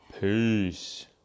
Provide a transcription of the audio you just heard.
Peace